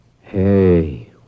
Hey